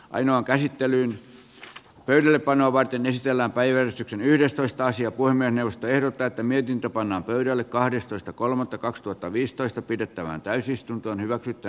ainoan käsittelyyn opeillepanoa varten ysitiellä ajoi yhdestoista sija voimme tehdä tätä mietintö pannaan pöydälle kahdestoista kolmatta sitten palataan päiväjärjestyksen ensimmäiseen asiaan